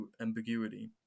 ambiguity